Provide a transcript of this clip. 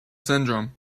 syndrome